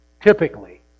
Typically